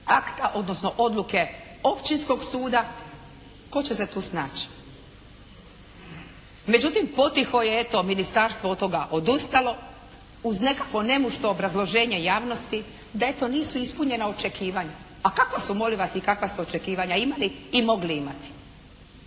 akta, odnosno odluke Općinskog suda, tko će se tu snaći? Međutim, potiho je eto ministarstvo od toga odustalo uz nekakvo …/Govornica se ne razumije./… obrazloženje javnosti da eto nisu ispunjena očekivanja. A kako su molim vas i kakva ste očekivanja imali i mogli imati?